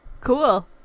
Cool